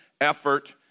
effort